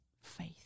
faith